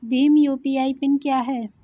Bhim UPI PIN क्या है?